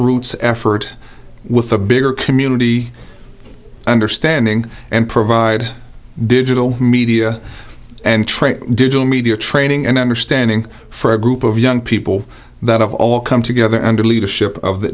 grassroots effort with a bigger community understanding and provide digital media and trade digital media training and understanding for a group of young people that have all come together under the leadership of the